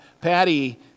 Patty